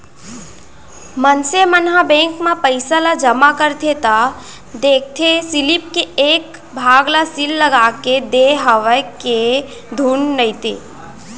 मनसे मन ह बेंक म पइसा ल जमा करथे त देखथे सीलिप के एक भाग ल सील लगाके देय हवय के धुन नइते